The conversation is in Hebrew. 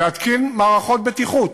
להתקין מערכות בטיחות